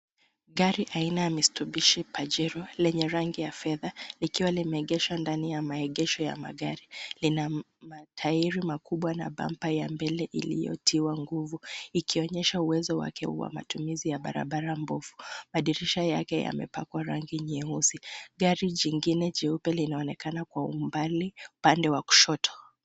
Gari aina ya Mitsubishi Pajero lenye rangi ya fedha likiwa limeegeshwa ndani ya maegesho ya magari. Lina matairi makubwa na bampa ya mbele iliyotiwa nguvu ikionyesha uwezo wake wa matumizi ya barabara mbovu. Madirisha yake yamepakwa rangi nyeusi. Gari jingine cheupe kinaonekana kwa umbali upande wa kushoto.